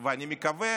ואני מקווה